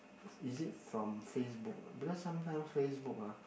is it from FaceBook because sometimes FaceBook ah